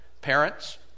parents